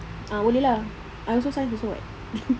ah boleh lah I also science also [what]